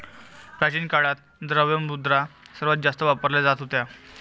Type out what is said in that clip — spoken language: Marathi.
प्राचीन काळात, द्रव्य मुद्रा सर्वात जास्त वापरला जात होता